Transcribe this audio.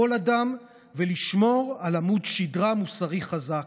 כל אדם, ולשמור על עמוד שדרה מוסרי חזק.